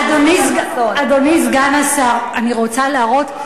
אדוני סגן השר, אני רוצה להראות,